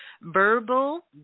verbal